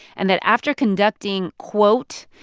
and that after conducting, quote,